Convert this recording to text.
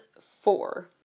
four